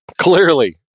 Clearly